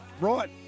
Right